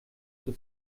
zur